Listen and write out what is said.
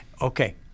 okay